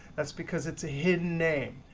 that's because it's a hidden name.